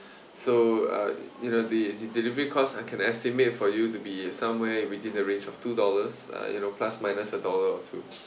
so uh you know the the delivery cost I can estimate for you to be somewhere within the range of two dollars uh you know plus minus a dollar or two